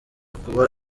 kuba